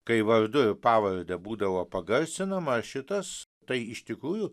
kai vardu ir pavarde būdavo pagarsinama šitas tai iš tikrųjų